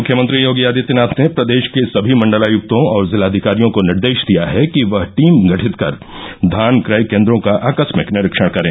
मुख्यमंत्री योगी आदित्यनाथ ने प्रदेश के सभी मण्डलायुक्तों और जिलाधिकारियों को निर्देश दिया है कि वह टीम गढित कर धान क्रय केन्द्रों का आकस्मिक निरीक्षण करें